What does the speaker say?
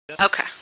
Okay